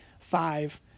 five